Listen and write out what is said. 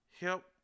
help